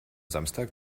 samstag